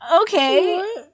okay